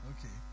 Okay